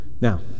Now